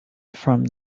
from